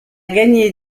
gagné